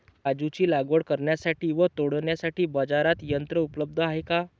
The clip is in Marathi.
काजूची लागवड करण्यासाठी व तोडण्यासाठी बाजारात यंत्र उपलब्ध आहे का?